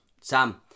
Sam